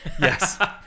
Yes